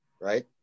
right